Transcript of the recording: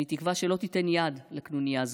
אני תקווה שלא תיתן יד לקנוניה זאת.